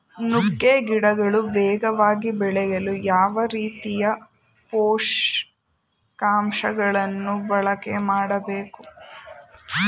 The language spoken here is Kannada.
ನುಗ್ಗೆ ಗಿಡಗಳು ವೇಗವಾಗಿ ಬೆಳೆಯಲು ಯಾವ ರೀತಿಯ ಪೋಷಕಾಂಶಗಳನ್ನು ಬಳಕೆ ಮಾಡಬೇಕು?